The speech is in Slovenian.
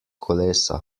kolesa